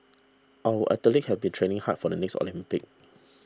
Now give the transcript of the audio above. our athlete have been training hard for the next Olympics